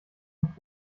und